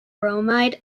bromide